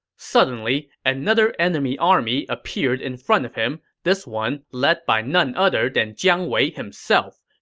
suddenly, another enemy army appeared in front of him, this one led by none other than jiang wei himself.